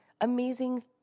amazing